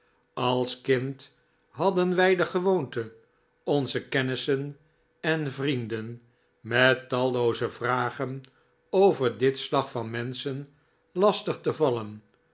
als kind hadden wij de gewoonte onze kennissen en vrienden met tallooze vragen over dit slag van menschen lastig te vallen